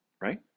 Right